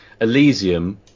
Elysium